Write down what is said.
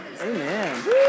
Amen